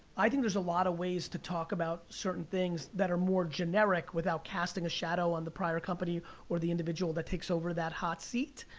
i think there's a lot of ways to talk about certain things that are more generic, without casting a shadow on the prior company or the individual that takes over that hot seat.